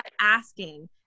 asking